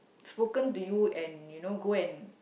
spoken to you and you know go and